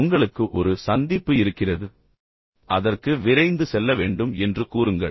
எனவே உங்களுக்கு ஒரு சந்திப்பு இருக்கிறது அதற்கு விரைந்து செல்லவேண்டும் என்று கூறுங்கள்